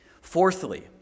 Fourthly